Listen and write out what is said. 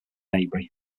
debris